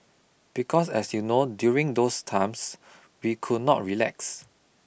because as you know during those times we could not relax